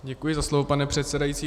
Děkuji za slovo, pane předsedající.